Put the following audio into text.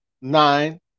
nine